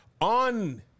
on